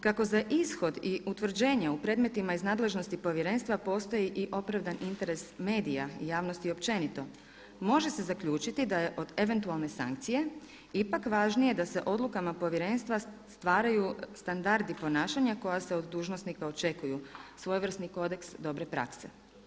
Kako za ishod i utvrđenje u predmetima iz nadležnosti Povjerenstva postoji i opravdani interes medija i javnosti općenito može se zaključiti da je od eventualne sankcije ipak važnije da se odlukama Povjerenstva stvaraju standardi ponašanja koja se od dužnosnika očekuju, svojevrsni kodeks dobre prakse.